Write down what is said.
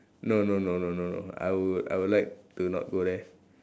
no no no no no I would I would like to not go there